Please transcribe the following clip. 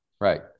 Right